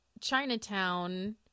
Chinatown